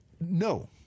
No